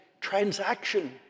transaction